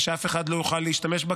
ושאף אחד לא יוכל להשתמש בה,